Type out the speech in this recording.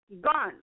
gone